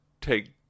take